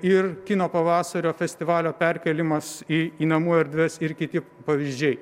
ir kino pavasario festivalio perkėlimas į į namų erdves ir kiti pavyzdžiai